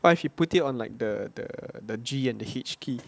what if you put it on like the the the G and the H key